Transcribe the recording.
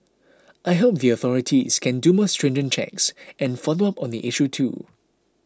I hope the authorities can do more stringent checks and follow up on the issue too